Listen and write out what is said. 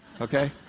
okay